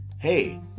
hey